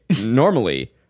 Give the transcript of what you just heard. normally